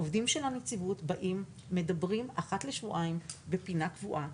עובדי הנציבות באים ומדברים אחת לשבועיים בפינה קבועה,